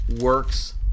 works